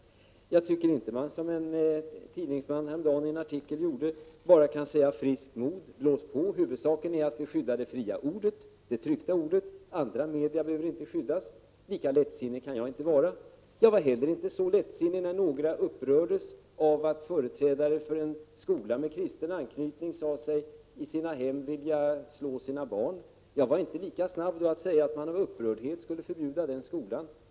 Man kan inte säga som en tidningsman häromdagen sade i en tidningsartikel: Friskt mod, blås på. Huvudsaken är att vi skyddar det fria ordet — det tryckta ordet. Andra media behöver inte skyddas. Jag kan inte vara lika lättsinnig. Jag var heller inte så lättsinnig när några upprördes över att företrädare för en skola med kristen anknytning sade att man ville slå sina barn i sina hem. Då var jag inte lika snabb med att säga att man av upprördhet skulle förbjuda den skolan.